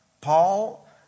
Paul